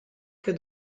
que